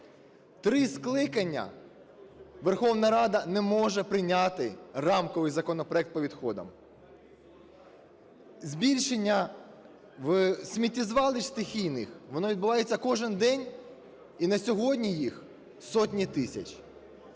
Три скликання Верховна Рада не може прийняти рамковий законопроект по відходам. Збільшення сміттєзвалищ стихійних, воно відбувається кожний день, і на сьогодні їх сотні тисяч.